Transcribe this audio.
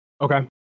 Okay